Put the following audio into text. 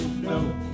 no